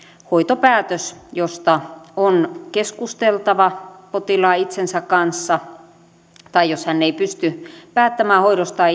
hoitopäätös josta on keskusteltava potilaan itsensä kanssa tai jos hän ei pysty päättämään hoidostaan